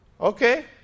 okay